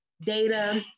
data